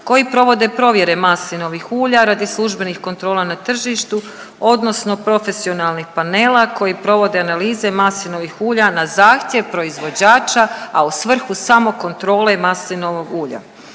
koji provode provjere maslinovih ulja radi službenih kontrola na tržištu odnosno profesionalnih panela koji provode analize maslinovih ulja na zahtjev proizvođača, a u svrhu samokontrole maslinovog ulja.